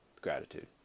gratitude